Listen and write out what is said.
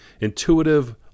intuitive